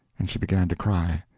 and she began to cry,